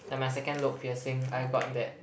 like my second lobe piercing I got that